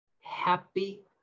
Happy